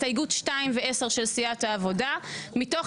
הסתייגות 2 ו-10 של סיעת העבודה מתוך